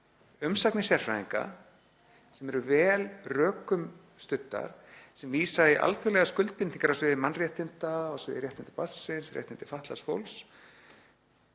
umsagnir sérfræðinga, sem eru vel rökum studdar, sem vísa í alþjóðlegar skuldbindingar á sviði mannréttinda, á sviði réttinda barnsins, réttinda fatlaðs fólks